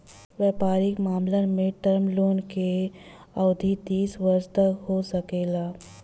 वयपारिक मामलन में टर्म लोन के अवधि तीस वर्ष तक हो सकेला